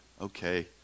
okay